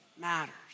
matters